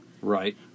Right